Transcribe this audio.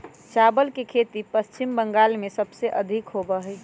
चावल के खेती पश्चिम बंगाल में सबसे अधिक होबा हई